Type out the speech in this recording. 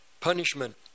punishment